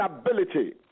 stability